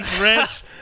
rich